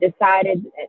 decided